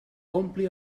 ompli